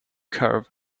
curve